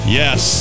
yes